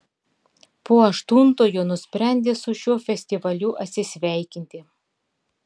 po aštuntojo nusprendė su šiuo festivaliu atsisveikinti